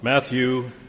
Matthew